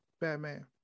batman